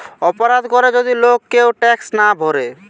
অপরাধ করে যদি লোক কেউ ট্যাক্স না ভোরে